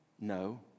No